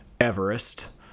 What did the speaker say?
Everest